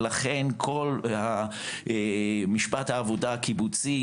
לכן כל משפט העבודה הקיבוצי,